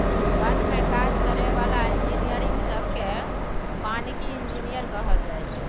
बन में काज करै बला इंजीनियरिंग सब केँ बानिकी इंजीनियर कहल जाइ छै